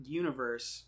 universe